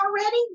already